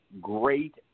great